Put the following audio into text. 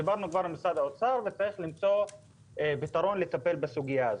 דיברנו כבר עם משרד האוצר וצריך למצוא פתרון לטפל בסוגיה הזאת.